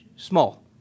Small